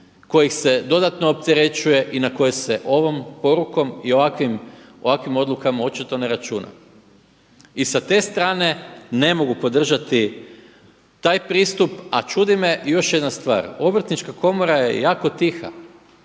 koje se dodatno opterećuje i na koje se ovom porukom i ovakvim odlukama očito ne računa. I sa te strane ne mogu podržati taj pristup, a čudi me još jedna stvar. Obrtnička komora je jako tiha.